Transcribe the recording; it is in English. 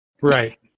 right